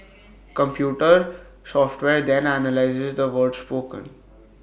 computer software then analyses the words spoken